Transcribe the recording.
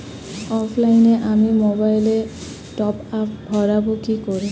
অফলাইনে আমি মোবাইলে টপআপ ভরাবো কি করে?